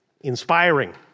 Inspiring